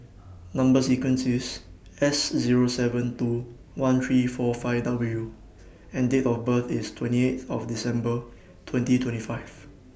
Number sequence IS S Zero seven two one three four five W and Date of birth IS twenty eight of December twenty twenty five